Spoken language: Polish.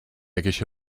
jakieś